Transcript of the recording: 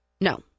No